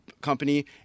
company